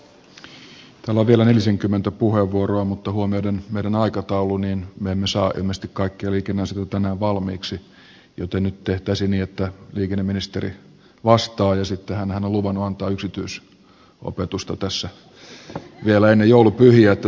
täällä on vielä nelisenkymmentä puheenvuoroa mutta huomioiden meidän aikataulumme niin me emme saa ilmeisesti kaikkia liikenneasioita tänään valmiiksi joten nyt tehtäisiin niin että liikenneministeri vastaa ja sitten hänhän on luvannut antaa yksityisopetusta tässä vielä ennen joulupyhiä niin että täytyy jättää kahvipöytäkeskustelujen varaan osa